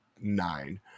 nine